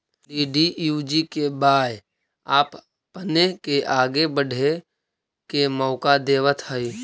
DDUGKY आपपने के आगे बढ़े के मौका देतवऽ हइ